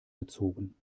gezogen